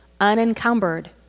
unencumbered